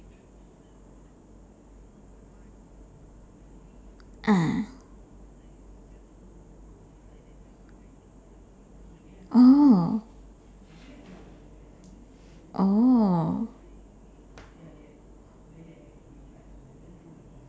ah oh oh